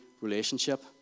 relationship